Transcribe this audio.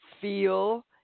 Feel